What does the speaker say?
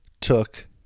took